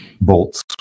bolts